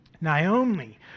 Naomi